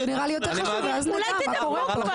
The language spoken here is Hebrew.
זה נראה לי יותר חשוב ואז נדע מה קורה פה.